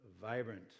vibrant